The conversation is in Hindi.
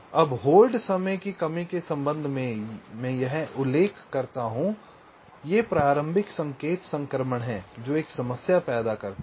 और होल्ड समय की कमी के संबंध में यह उल्लेख करता हूं कि ये प्रारंभिक संकेत संक्रमण हैं जो एक समस्या पैदा करते हैं